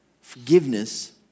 Forgiveness